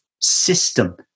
system